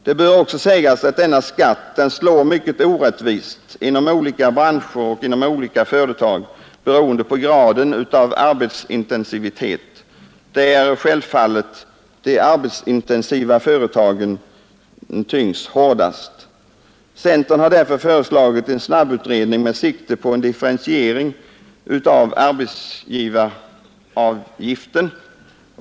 Det bör också sägas att denna skatt slår mycket orättvist inom olika branscher och företag, beroende på graden av arbetsintensitet, där självfallet de arbetsintensiva företagen tyngs hårdast. Centern har därför föreslagit en snabbutredning med sikte på en differentiering av arbetsgivaravgiften.